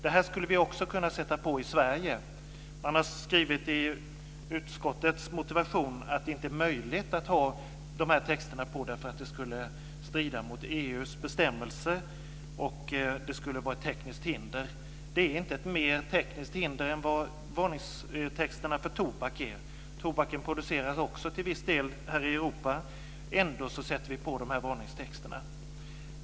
Detta skulle vi också kunna sätta på i Sverige. Utskottet har skrivit i sin motivering att det inte är möjligt att ha dessa texter, eftersom det skulle strida mot EU:s bestämmelser. Det skulle vara ett tekniskt hinder. Det är inte mer ett tekniskt hinder än vad varningstexterna för tobak är. Tobaken produceras också till viss del här i Europa, och ändå sätter vi på varningstexterna.